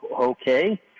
okay